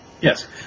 Yes